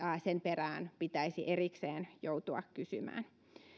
sen perään pitäisi erikseen joutua kysymään